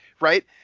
right